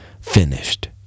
finished